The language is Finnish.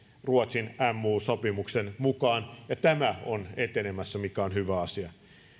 ruotsin mu sopimuksen mukaan ja tämä on etenemässä mikä on hyvä asia